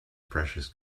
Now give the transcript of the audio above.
precious